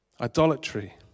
idolatry